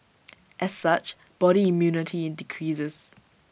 as such body immunity decreases